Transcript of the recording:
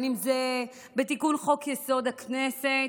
אם בתיקון חוק-יסוד: הכנסת,